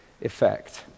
effect